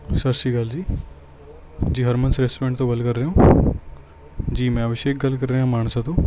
ਸਤਿ ਸ਼੍ਰੀ ਅਕਾਲ ਜੀ ਜੀ ਹਰਮਨਜ ਰੈਸਟੋਰੈਂਟ ਤੋਂ ਗੱਲ ਕਰ ਰਹੇ ਹੋ ਜੀ ਮੈਂ ਅਭਿਸ਼ੇਕ ਗੱਲ ਕਰ ਰਿਹਾ ਮਾਨਸਾ ਤੋਂ